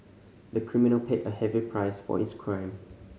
the criminal paid a heavy price for his crime